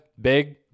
big